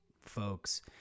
folks